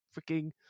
freaking